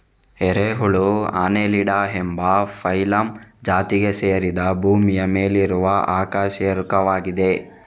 ಎರೆಹುಳು ಅನ್ನೆಲಿಡಾ ಎಂಬ ಫೈಲಮ್ ಜಾತಿಗೆ ಸೇರಿದ ಭೂಮಿಯ ಮೇಲಿರುವ ಅಕಶೇರುಕವಾಗಿದೆ